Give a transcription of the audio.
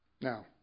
Now